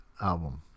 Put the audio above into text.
album